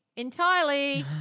Entirely